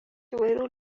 įvairių